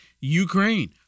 Ukraine